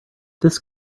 this